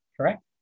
correct